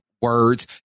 words